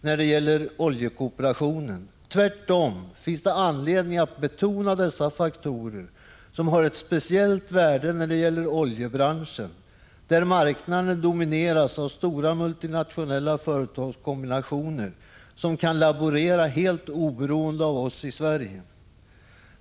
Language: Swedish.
när det gäller oljekooperationen. Tvärtom finns det anledning att betona dessa faktorer, som har ett speciellt värde när det gäller oljebranschen, där marknaden domineras av stora multinationella företagskombinationer, som kan laborera helt oberoende av oss i Sverige.